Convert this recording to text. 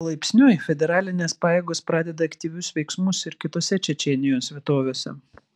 palaipsniui federalinės pajėgos pradeda aktyvius veiksmus ir kitose čečėnijos vietovėse